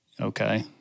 Okay